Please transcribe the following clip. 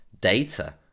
data